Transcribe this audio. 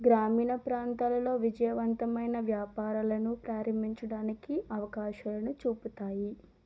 గ్రామీణ ప్రాంతాలలో విజయవంతమైన వ్యాపారాలను ప్రారంభించడానికి అవకాశాలు చూపుతాయి